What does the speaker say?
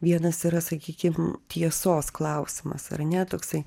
vienas yra sakykim tiesos klausimas ar ne toksai